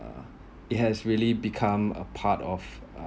uh it has really become a part of uh